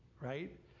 right